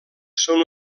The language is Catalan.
són